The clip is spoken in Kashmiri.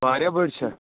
واریاہ بٔڑۍ چھِسا